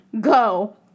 go